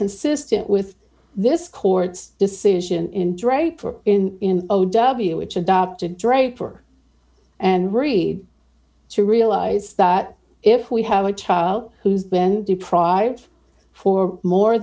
consistent with this court's decision in draper in o w which adopted draper and worried to realize that if we have a child who's been deprived for more